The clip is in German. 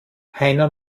heiner